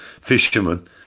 fisherman